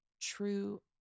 true